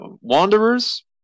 Wanderers